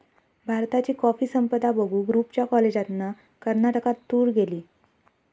भारताची कॉफी संपदा बघूक रूपच्या कॉलेजातना कर्नाटकात टूर गेली